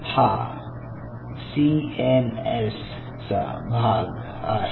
हा सीएनएस चा भाग आहे